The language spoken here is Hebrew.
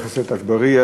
חבר הכנסת אגבאריה,